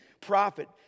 prophet